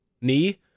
knee